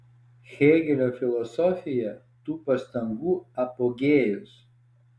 hėgelio filosofija tų pastangų apogėjus